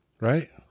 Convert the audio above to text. right